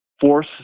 force